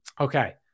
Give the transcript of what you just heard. Okay